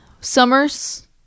summers